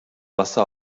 wasser